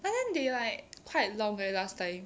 but then they like quite long leh last time